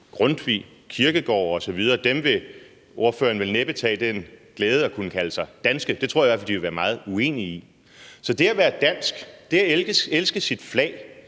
Grundtvig, Kierkegaard osv. – og dem vil ordføreren vel næppe fratage den glæde at kunne kalde sig danske. Det tror jeg i hvert fald de ville være meget uenige i. Så det at være dansk er at elske sit flag,